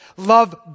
Love